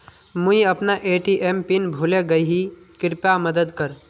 मुई अपना ATM pin भूले गही कृप्या मदद कर